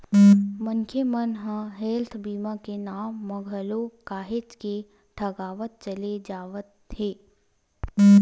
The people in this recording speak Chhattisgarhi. मनखे मन ह हेल्थ बीमा के नांव म घलो काहेच के ठगावत चले जावत हे